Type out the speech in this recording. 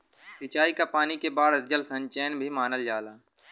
सिंचाई क पानी के बाढ़ जल संचयन भी मानल जाला